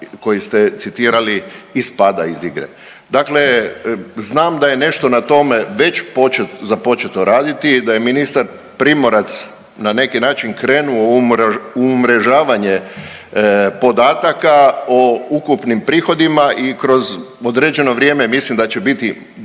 koji ste citirali ispada iz igre. Dakle, znam da je nešto na tome već započeto raditi, da je ministar Primorac na neki način krenuo u umrežavanje podataka o ukupnim prihodima i kroz određeno vrijeme mislim da će biti